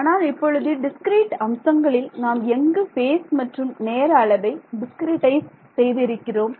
ஆனால் இப்பொழுது டிஸ்கிரீட் அம்சங்களில் நாம் எங்கு பேஸ் மற்றும் நேர அளவை டிஸ்கிரிட்டைஸ் செய்து இருக்கிறோம்